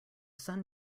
sun